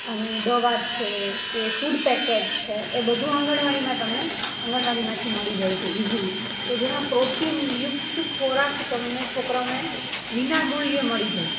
અને દવા છે કે ફૂડ પેકેટ એ બધું આંગણવાડીમાં તમને આંગણવાડીમાંથી મળી જાય છે ઇઝીલી કે જેમાં પ્રોટીનયુક્ત ખોરાક તમને છોકરાઓને વિના મૂલ્યે મળી જાય